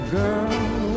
girl